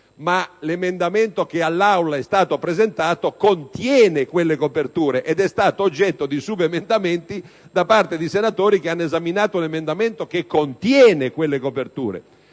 ma l'emendamento che all'Aula è stato presentato contiene quelle coperture ed è stato oggetto di subemendamenti da parte di senatori che hanno esaminato l'emendamento che contiene quelle coperture.